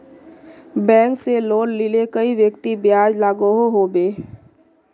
Bank से loan लिले कई व्यक्ति ब्याज लागोहो होबे?